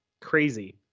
crazy